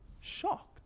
shocked